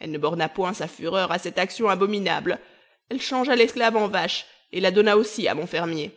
elle ne borna point sa fureur à cette action abominable elle changea l'esclave en vache et la donna aussi à mon fermier